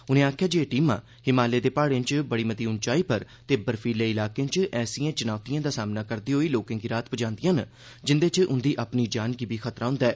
उनें आक्खेआ जे एह् टीमां हिमालये दे पहाड़े च बड़ी मती ऊंचाई पर ते बर्फीले इलाकें च एसिए चुनौतिए दा सामना करदे होई लोकें गी राह्त पुजादियां न जिन्दे च उन्दी अपनी जान गी बी खतरा होन्दा ऐ